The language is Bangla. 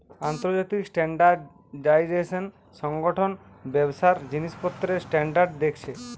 আন্তর্জাতিক স্ট্যান্ডার্ডাইজেশন সংগঠন ব্যবসার জিনিসপত্রের স্ট্যান্ডার্ড দেখছে